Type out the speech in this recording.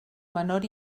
menor